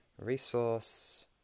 resource